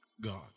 God